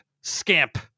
scamp